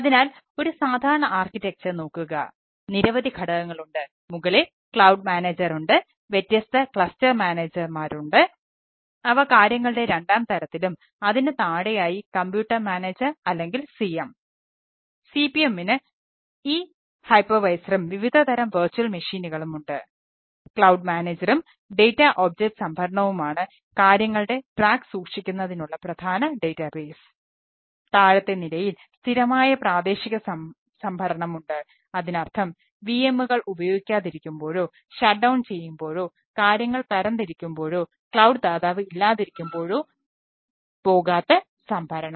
അതിനാൽ ഒരു സാധാരണ ആർക്കിടെക്ചർ ദാതാവ് ഇല്ലാതിരിക്കുമ്പോഴോ പോകാത്ത സംഭരണം